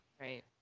right